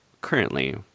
currently